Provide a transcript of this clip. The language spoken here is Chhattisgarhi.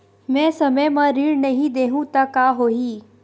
मैं समय म ऋण नहीं देहु त का होही